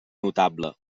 notable